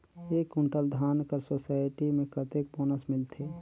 एक कुंटल धान कर सोसायटी मे कतेक बोनस मिलथे?